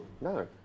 No